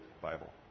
Bible